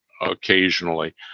occasionally